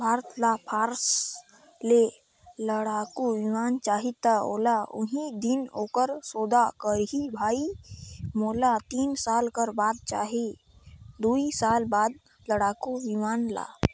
भारत ल फ्रांस ले लड़ाकु बिमान चाहीं त ओहा उहीं दिन ओखर सौदा करहीं भई मोला तीन साल कर बाद चहे दुई साल बाद लड़ाकू बिमान ल